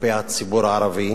כלפי הציבור הערבי,